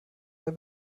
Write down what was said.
der